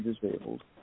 disabled